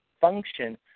Function